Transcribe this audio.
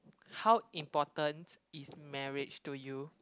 how important is marriage to you